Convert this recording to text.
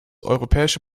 europäische